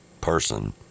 person